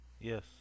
Yes